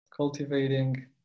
cultivating